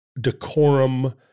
decorum